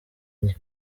nke